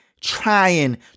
trying